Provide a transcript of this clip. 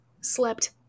slept